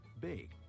bake